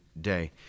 day